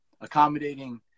accommodating